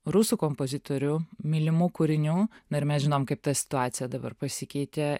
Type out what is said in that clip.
rusų kompozitorių mylimų kūrinių na mes žinom kaip ta situacija dabar pasikeitė